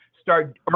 start